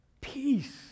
peace